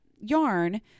yarn